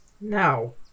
No